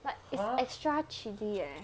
but is extra chili eh